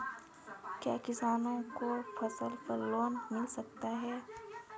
क्या किसानों को फसल पर लोन मिल सकता है?